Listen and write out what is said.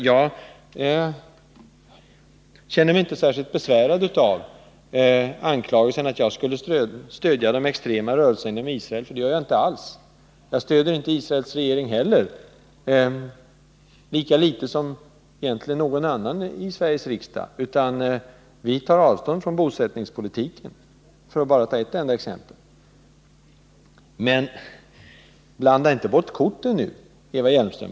Jag känner mig inte särskilt besvärad av anklagelsen att jag skulle stödja de extrema rörelserna i Israel, för det gör jag inte alls. Inte heller stöder jag på alla punkter Israels regeringspolitik — lika litet som någon annan i Sveriges riksdag gör det. Vi tar avstånd från bosättningarna för att ta ett exempel. Men blanda inte bort korten, Eva Hjelmström!